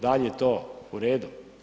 Da li je to u redu?